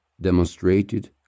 demonstrated